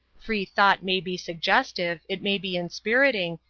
free-thought may be suggestive, it may be inspiriting,